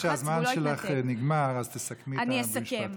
חבל שהזמן שלך נגמר, אז תסכמי במשפט.